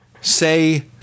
Say